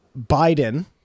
Biden